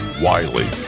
Wiley